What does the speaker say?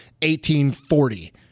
1840